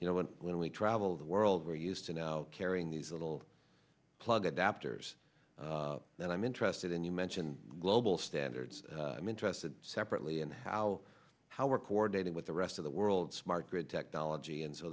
you know when we travel the world we're used to now carrying these little plug adaptors that i'm interested in you mentioned global standards i'm interested separately and how how we're coordinating with the rest of the world smart grid technology and so